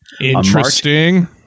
interesting